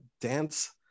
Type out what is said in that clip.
dance